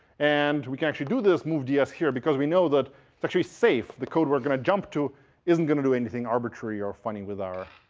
and we can actually do this, move ds here, because we know that it's actually safe. the code we're going to jump to isn't going to do anything arbitrary or funny with our